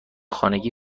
خانگی